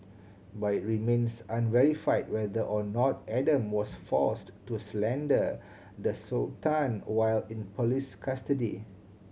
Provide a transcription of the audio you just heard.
but it remains unverified whether or not Adam was forced to slander the Sultan while in police custody